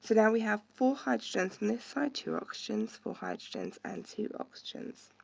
so now we have four hydrogens on this side, two oxygens. four hydrogens and two oxygens.